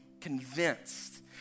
convinced